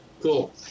Cool